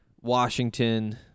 Washington